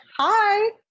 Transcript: Hi